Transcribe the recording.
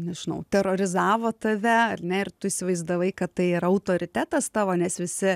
nežinau terorizavo tave ar ne ir tu įsivaizdavai kad tai yra autoritetas tavo nes visi